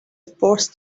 forced